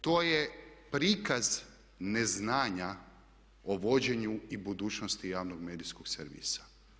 To je prikaz neznanja o vođenju i budućnosti javnog medijskog servisa.